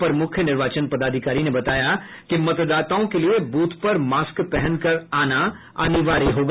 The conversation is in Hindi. अपर मुख्य निर्वाचन पदाधिकारी ने बताया कि मतदाताओं के लिये बूथ पर मास्क पहनकर आना अनिवार्य होगा